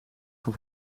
van